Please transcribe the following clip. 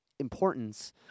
importance